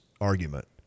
argument